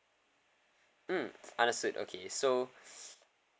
mm understood okay so